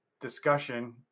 discussion